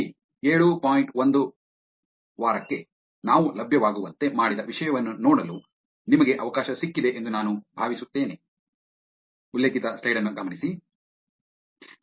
1 ವಾರಕ್ಕೆ ನಾವು ಲಭ್ಯವಾಗುವಂತೆ ಮಾಡಿದ ವಿಷಯವನ್ನು ನೋಡಲು ನಿಮಗೆ ಅವಕಾಶ ಸಿಕ್ಕಿದೆ ಎಂದು ನಾನು ಭಾವಿಸುತ್ತೇನೆ